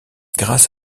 grâce